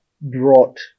brought